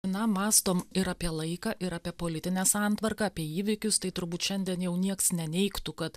na mąstome ir apie laiką ir apie politinę santvarką apie įvykius tai turbūt šiandien jau nieks neneigtų kad